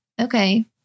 Okay